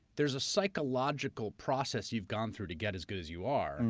there's a psychological process you've gone through to get as good as you are,